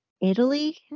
Italy